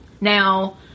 Now